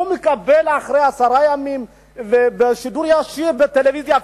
הוא מקבל אחרי עשרה ימים ובשידור ישיר בטלוויזיה,